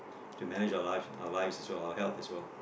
manage our life our life as well our help as well